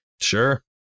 sure